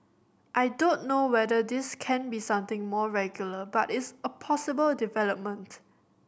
I don't know whether this can be something more regular but it's a possible development